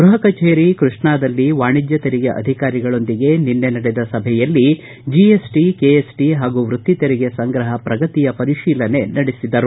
ಗೃಪ ಕಚೇರಿ ಕೃಷ್ಣಾದಲ್ಲಿ ವಾಣಿಜ್ಯ ತೆರಿಗೆ ಅಧಿಕಾರಿಗಳೊಂದಿಗೆ ನಿನ್ನೆ ನಡೆದ ಸಭೆಯಲ್ಲಿ ಜಿಎಸ್ಟಿ ಕೆಎಸ್ಟಿ ಹಾಗೂ ವೃತ್ತಿ ತೆರಿಗೆ ಸಂಗ್ರಹ ಪ್ರಗತಿಯ ಪರಿಶೀಲನೆ ನಡೆಸಿದರು